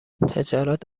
تجارت